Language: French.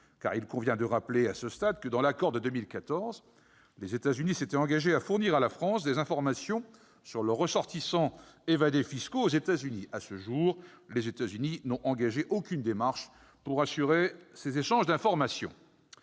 car, il convient de le rappeler à ce stade, dans l'accord de 2014 les États-Unis s'étaient engagés à fournir à la France des informations sur leurs ressortissants évadés fiscaux aux États-Unis. Or, à ce jour, les États-Unis n'ont engagé aucune démarche pour assurer ces échanges d'informations.